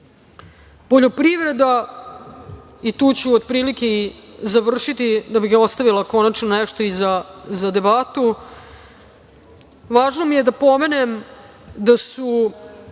Srbije. Poljoprivreda, i tu ću otprilike i završiti da bi ostavila konačno nešto za debatu, važno mi je da napomenem da su